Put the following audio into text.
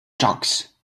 jocks